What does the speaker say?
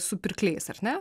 su pirkliais ar ne